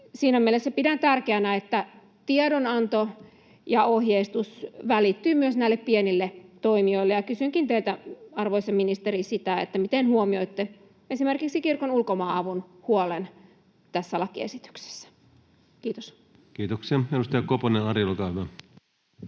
Siinä mielessä pidän tärkeänä, että tiedonanto ja ohjeistus välittyvät myös näille pienille toimijoille. Kysynkin teiltä, arvoisa ministeri: miten huomioitte esimerkiksi Kirkon Ulkomaanavun huolen tässä lakiesityksessä? — Kiitos. Kiitoksia. — Edustaja Ari Koponen, olkaa hyvä.